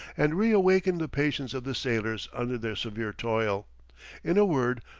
and reawakened the patience of the sailors under their severe toil in a word,